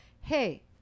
hey